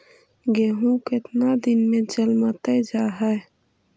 गेहूं केतना दिन में जलमतइ जा है?